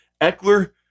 Eckler